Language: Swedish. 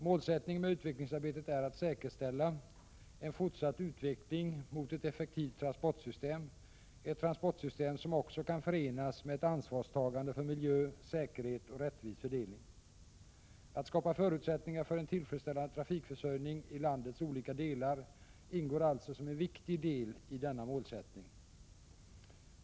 Målsättningen med utvecklingsarbetet är att säkerställa en fortsatt utveckling mot ett effektivt transportsystem — ett transportsystem som också kan förenas med ett ansvarstagande för miljö, säkerhet och en rättvis fördelning. Att skapa förutsättningar för en tillfredsställande trafikförsörjning i landets olika delar ingår alltså som en viktig del i denna målsättning.